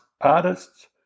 artists